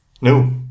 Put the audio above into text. No